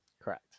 Correct